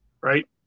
Right